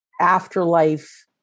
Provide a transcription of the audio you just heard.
afterlife